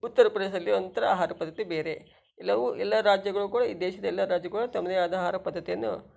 ಉತ್ತರ್ ಪ್ರದೇಶದಲ್ಲಿ ಒಂಥರ ಆಹಾರ ಪದ್ಧತಿ ಬೇರೆ ಎಲ್ಲವೂ ಎಲ್ಲ ರಾಜ್ಯಗಳೂ ಕೂಡ ಈ ದೇಶದ ಎಲ್ಲ ರಾಜ್ಯಗಳು ತಮ್ಮದೇ ಆದ ಆಹಾರ ಪದ್ಧತಿಯನ್ನು